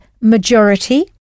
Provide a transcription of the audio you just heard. majority